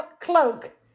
cloak